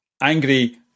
Angry